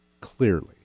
clearly